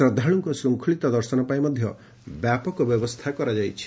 ଶ୍ରଦ୍ଧାଳୁଙ୍କ ଶୃଙ୍କଳିତ ଦର୍ଶନ ପାଇଁ ବ୍ୟାପକ ବ୍ୟବସ୍ଥା କରାଯାଇଛି